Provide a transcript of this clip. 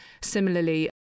similarly